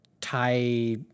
tie